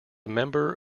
member